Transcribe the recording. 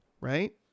right